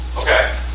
Okay